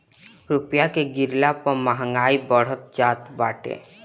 रूपया के गिरला पअ महंगाई बढ़त जात बाटे